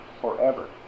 forever